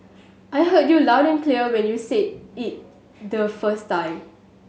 I heard you loud and clear when you said it the first time